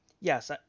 yes